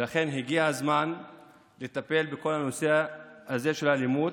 ולכן הגיע הזמן לטפל בכל הנושא הזה של האלימות.